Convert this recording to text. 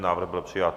Návrh byl přijat.